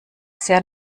sehr